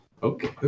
Okay